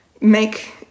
make